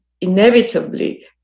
inevitably